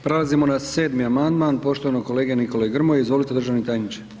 Prelazimo na sedmi amandman poštovanog kolege Nikole Grmoje, izvolite državni tajniče.